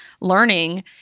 learning